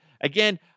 Again